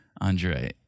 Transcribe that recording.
Andre